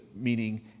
meaning